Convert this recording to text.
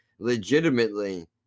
legitimately